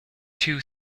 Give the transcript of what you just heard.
too